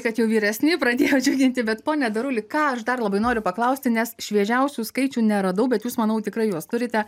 kad jau vyresni pradėjo džiuginti bet pone daruli ką aš dar labai noriu paklausti nes šviežiausių skaičių neradau bet jūs manau tikrai juos turite